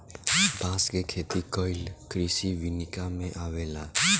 बांस के खेती कइल कृषि विनिका में अवेला